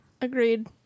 Agreed